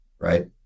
right